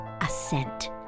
Ascent